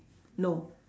no